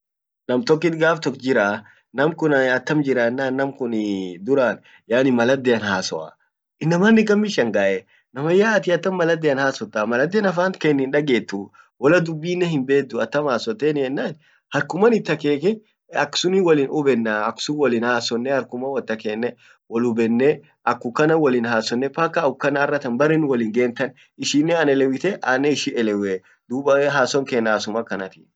namkun yaani maladdean hasoaa innamaannen gammi shangaee namayya atin attam maladdean hasottaa maladden afan keen hindagettuu wala dubbi nnen himbedduu attam hasottennan harkuman it akheeke aksunin wolin hubennaa duub wolin hasonne harkuman wot akeekne wol hubenne akumkanan wolinhasonne paka akukan arratan bare nun wolin gen tan ishinnen anelewwite annen ishi elewwe duub haason keen haasom akkanatii